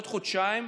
בעוד חודשיים,